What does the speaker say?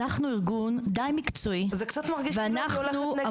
אנחנו ארגון די מקצועי -- זה קצת מרגיש כאילו אני הולכת נגד הגלים.